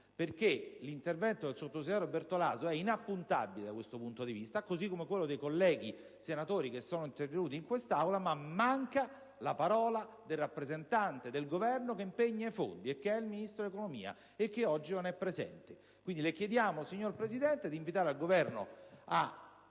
L'intervento del sottosegretario Bertolaso è inappuntabile da questo punto di vista, così come quello dei colleghi senatori intervenuti in questa sede. Manca però la parola del rappresentante del Governo che impegna i fondi, che è il Ministro dell'economia e che oggi non è presente. Le chiediamo, signor Presidente, di invitare il Governo a